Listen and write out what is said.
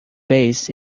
bass